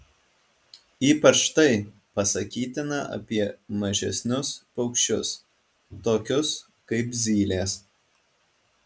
ypač tai pasakytina apie mažesnius paukščius tokius kaip zylės